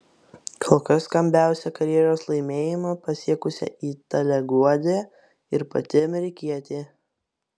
kol kas skambiausią karjeros laimėjimą pasiekusią italę guodė ir pati amerikietė